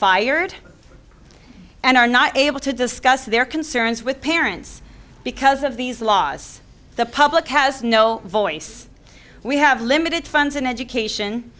fired and are not able to discuss their concerns with parents because of these laws the public has no voice we have limited funds in education